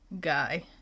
guy